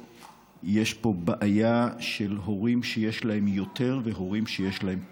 ויש פה בעיה של הורים שיש להם יותר והורים שיש להם ופחות.